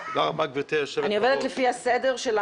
אני עובדת לפי הסדר,